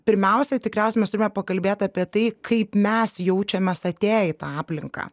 pirmiausiai tikriausia mes turime pakalbėt apie tai kaip mes jaučiamės atėję į tą aplinką